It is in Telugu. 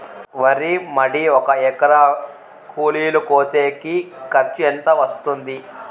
వరి మడి ఒక ఎకరా కూలీలు కోసేకి ఖర్చు ఎంత వస్తుంది?